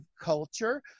culture